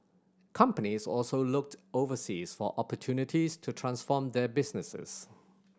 companies also looked overseas for opportunities to transform their businesses